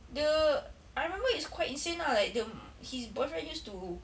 the I remember it's quite insane lah like the his boyfriend used to